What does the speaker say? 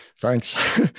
thanks